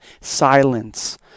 silence